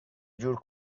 جور